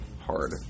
hard